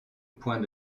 point